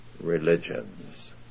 religions